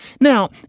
Now